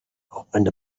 opened